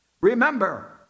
Remember